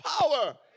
power